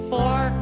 Four